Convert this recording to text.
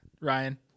ryan